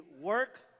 work